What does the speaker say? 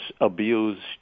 abused